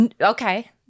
Okay